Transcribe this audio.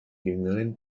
jüngeren